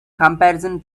comparison